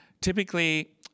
typically